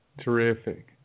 Terrific